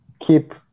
keep